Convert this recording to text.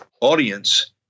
audience